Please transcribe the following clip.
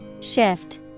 Shift